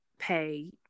pay